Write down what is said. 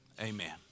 amen